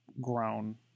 grown